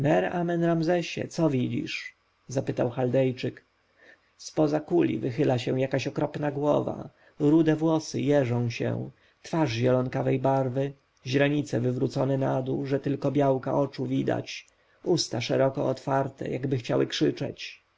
mer-amen-ramzesie co widzisz zapytał chaldejczyk z poza kuli wychyla się jakaś okropna głowa rude włosy jeżą się twarz zielonkowatej barwy źrenice wywrócone nadół że tylko białka oczu widać usta szeroko otwarte jakby chciały krzyczeć